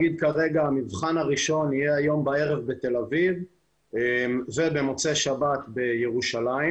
המבחן הראשון יהיה הערב בתל אביב ובמוצאי שבת בירושלים.